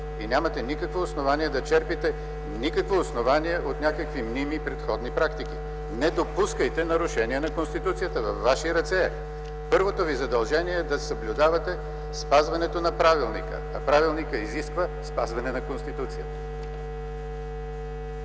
И нямате никакво основание да черпите, никакво основание, от някакви мними предходни практики. Не допускайте нарушение на Конституцията! Във Ваши ръце е. Първото Ви задължение е да съблюдавате спазването на Правилника, а Правилникът изисква спазване на Конституцията!